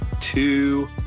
two